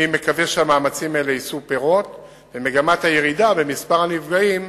אני מקווה שהמאמצים האלה יישאו פירות ומגמת הירידה במספר הנפגעים